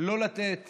לא לתת